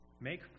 Make